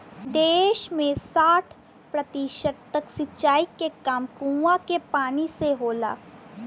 देस में साठ प्रतिशत तक सिंचाई के काम कूंआ के पानी से होला